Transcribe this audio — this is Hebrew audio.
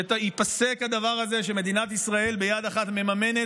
שייפסק הדבר הזה שמדינת ישראל ביד אחד מממנת